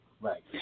right